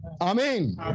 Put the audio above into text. Amen